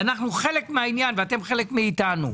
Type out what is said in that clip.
אנחנו חלק מהעניין ואתם חלק מאתנו.